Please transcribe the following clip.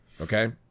okay